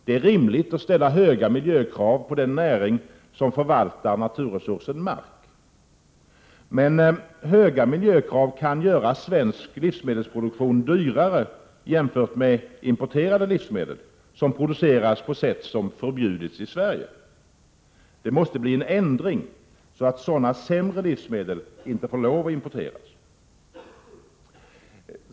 Det är rimligt att ställa höga miljökrav på den näring som förvaltar naturresursen mark. Men höga miljökrav kan göra svensk livsmedelsproduktion dyrare jämfört med importerade livsmedel, som produceras på sätt som förbjudits i Sverige. Det måste bli en ändring så att sådana sämre livsmedel inte får importeras.